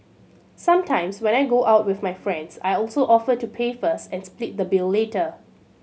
sometimes when I go out with my friends I also offer to pay first and split the bill later